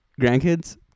grandkids